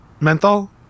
menthol